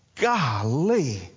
Golly